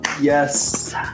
Yes